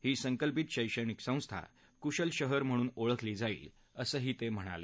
ही संकल्पत शैक्षणिक संस्था कुशल शहर म्हणून ओळखली जाईल असंही ते म्हणाले